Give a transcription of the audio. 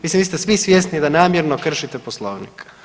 Mislim vi ste svi svjesni da namjerno kršite Poslovnik.